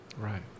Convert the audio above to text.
Right